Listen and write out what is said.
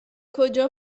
کجا